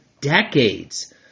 decades